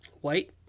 white